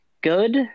good